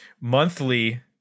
Monthly